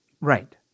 Right